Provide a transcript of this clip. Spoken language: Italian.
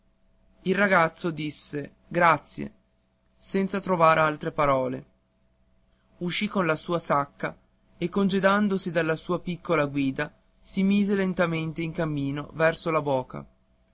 il ragazzo gli disse grazie senza trovar altre parole uscì con la sua sacca e congedatosi dalla sua piccola guida si mise lentamente in cammino verso la boca